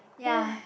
ya